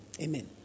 Amen